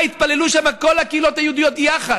התפללו שמה כל הקהילות היהודיות יחד.